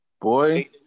boy